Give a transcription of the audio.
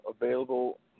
available